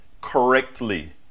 correctly